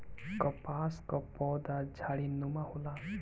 कपास कअ पौधा झाड़ीनुमा होला